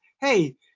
Hey